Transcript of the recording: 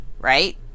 right